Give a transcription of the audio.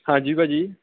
ਹਾਂਜੀ ਭਾਅ ਜੀ